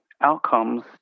outcomes